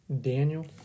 Daniel